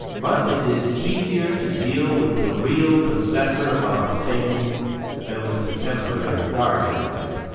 but it is easier to deal with the real possessor of a thing than with the temporary guardian of it.